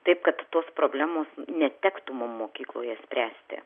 taip kad tos problemos netektų mum mokykloje spręsti